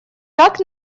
так